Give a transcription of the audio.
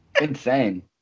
Insane